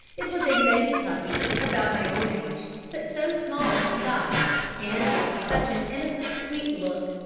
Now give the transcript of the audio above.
it was a lady puppy about my own age, but so small in size, and with such an innocent sweet look,